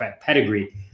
pedigree